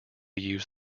use